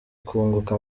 kunguka